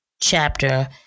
chapter